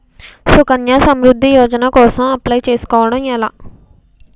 సుకన్య సమృద్ధి యోజన కోసం అప్లయ్ చేసుకోవడం ఎలా?